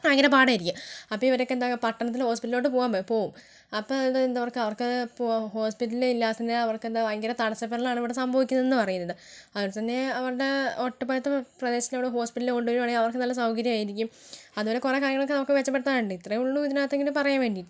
ഭയങ്കര പാടായിരിക്കും അപ്പം ഇവരൊക്കെന്താണ് പട്ടണത്തിലെ ഹോസ്പിറ്റലിലോട്ട് പോകാൻ പോകാൻ പോകും അപ്പം എന്താ അവർക്ക് അവർക്ക് ഹോസ്പിറ്റല് ഇല്ലാത്തതിൻറ്റെ അവർക്കെന്താ ഭയങ്കര തടസ്സപ്പെടലാണ് ഇവിടെ സംഭവിക്കുന്നതെന്ന് പറയുന്നത് അതുപോലെ തന്നെ അവരുടെ ഒറ്റപ്പെട്ട പ്രദേശത്ത് ഹോസ്പിറ്റലുകൾ കൊണ്ട് വരുവാണെങ്കിൽ അവർക്ക് നല്ല സൗകര്യം ആയിരിക്കും അതുപോലെ കുറെ കാര്യങ്ങളൊക്കെ നമുക്ക് മെച്ചപ്പെടുത്താനുണ്ട് ഇത്രയേ ഉള്ളൂ ഇതിനകത്ത് ഇങ്ങനെ പറയാൻ വേണ്ടീട്ട്